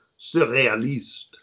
Surrealiste